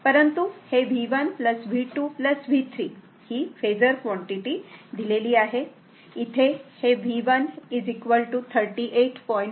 परंतु V1 V2 V3 ही phasor quantity दिलेली आहे तेव्हा इथे V1 38